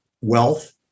wealth